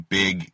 big